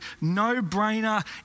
no-brainer